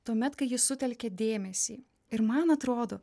tuomet kai jis sutelkia dėmesį ir man atrodo